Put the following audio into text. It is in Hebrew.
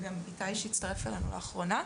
וגם איתי שהצטרף אלינו לאחרונה.